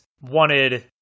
wanted